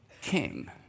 king